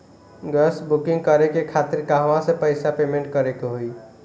Gas booking करे के खातिर कहवा से पैसा पेमेंट करे के होई?